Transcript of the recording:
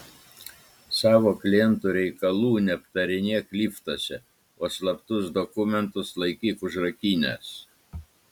savo klientų reikalų neaptarinėk liftuose o slaptus dokumentus laikyk užrakinęs